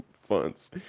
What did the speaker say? funds